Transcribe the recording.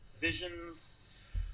Visions